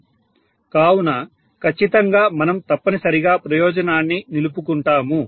కావున ఖచ్చితంగా మనం తప్పనిసరిగా ప్రయోజనాన్ని నిలుపుకుంటాము